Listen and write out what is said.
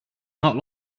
not